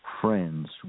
friends